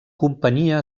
companyia